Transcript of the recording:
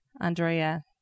Andrea